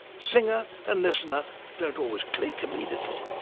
singer and listener don't always click immediately.